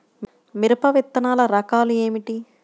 మిరప విత్తనాల రకాలు ఏమిటి?